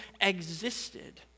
existed